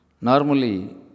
Normally